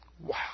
Wow